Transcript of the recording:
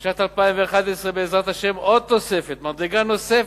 בשנת 2011, בעזרת השם, עוד תוספת, מדרגה נוספת,